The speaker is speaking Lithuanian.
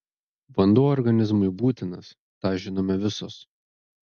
vanduo organizmui būtinas tą žinome visos